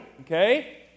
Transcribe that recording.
Okay